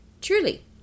Truly